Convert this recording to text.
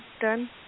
done